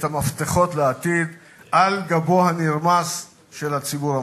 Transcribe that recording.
המפתחות לעתיד על גבו הנרמס של הציבור הממלכתי.